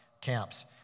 camps